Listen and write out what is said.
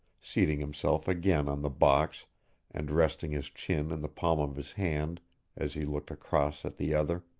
seating himself again on the box and resting his chin in the palm of his hand as he looked across at the other.